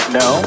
no